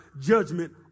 judgment